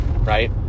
right